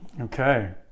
Okay